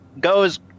goes